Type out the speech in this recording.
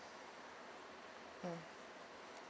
mm